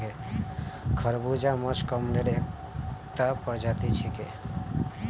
खरबूजा मस्कमेलनेर एकता प्रजाति छिके